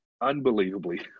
unbelievably